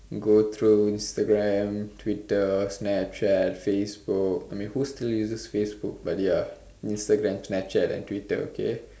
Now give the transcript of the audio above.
go through Instagram Twitter Snapchat Facebook I mean who still uses Facebook but ya Instagram Snapchat and Twitter okay